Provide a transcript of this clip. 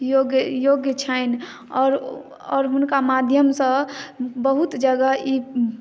योग्य छनि आओर हुनका माध्यम सँ बहुत जगह ई